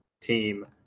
team